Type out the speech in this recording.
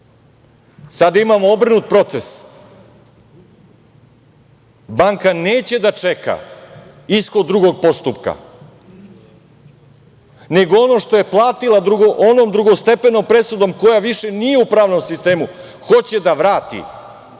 imamo obrnut proces. Banka neće da čeka ishod drugog postupka, nego ono što je platila onom drugostepenom presudom koja više nije u pravnom sistemu, hoće da vrati.